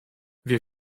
wir